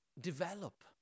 develop